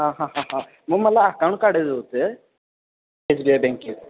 हां हां हां हां मग मला अकाउंट काढायचं होतं एस बी आय बँकेत